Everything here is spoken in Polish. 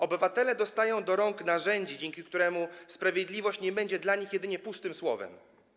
Obywatele dostają do rąk narzędzie, dzięki któremu sprawiedliwość nie będzie dla nich jedynie pustym słowem.